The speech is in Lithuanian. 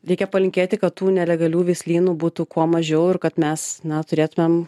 reikia palinkėti kad tų nelegalių veislynų būtų kuo mažiau ir kad mes na turėtumėm